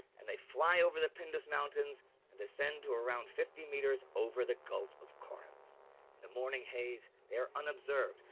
and they fly over the pindus mountains and descend to around fifty meters over the gulf of corinth. in the morning haze they are unobserved.